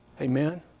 Amen